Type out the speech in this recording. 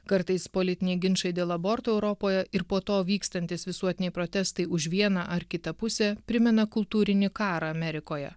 kartais politiniai ginčai dėl abortų europoje ir po to vykstantys visuotiniai protestai už vieną ar kitą pusę primena kultūrinį karą amerikoje